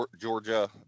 Georgia